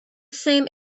same